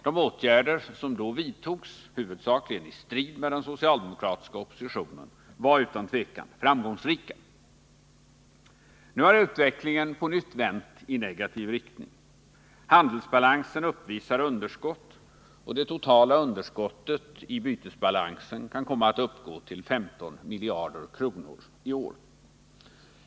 De åtgärder som då vidtogs, huvudsakligen i strid mot den socialdemokratiska oppositionen, var utan tvivel framgångsrika. Nu har utvecklingen på nytt vänt i negativ riktning. Handelsbalansen uppvisar underskott, och det totala underskottet i bytesbalansen kan komma att uppgå till 15 miljarder kronor i år.